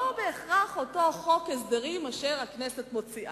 בהכרח אותו חוק הסדרים אשר הכנסת מוציאה.